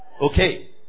Okay